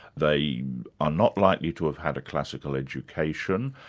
they are not likely to have had a classical education,